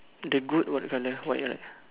the goat what colour white right